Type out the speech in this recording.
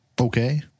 Okay